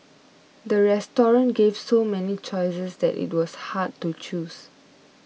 the restaurant gave so many choices that it was hard to choose